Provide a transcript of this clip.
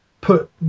put